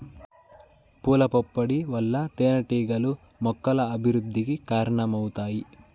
పూల పుప్పొడి వల్ల తేనెటీగలు మొక్కల అభివృద్ధికి కారణమవుతాయి